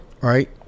right